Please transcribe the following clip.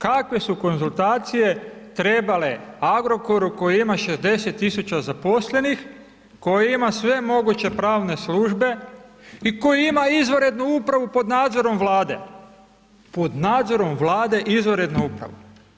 Kakve su konzultacije trebale Agrokoru koji ima 60 tisuća zaposlenih, koji ima sve moguće pravne službe i koji ima izvanrednu upravu pod nadzorom Vlade, pod nadzorom Vlade izvanrednu upravu.